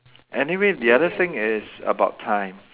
anyway the other thing is about time